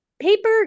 Paper